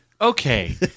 Okay